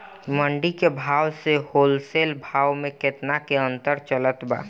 मंडी के भाव से होलसेल भाव मे केतना के अंतर चलत बा?